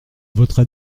voterai